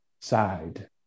side